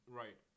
right